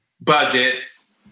budgets